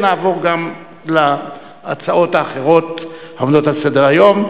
ונעבור גם להצעות האחרות העומדות על סדר-היום.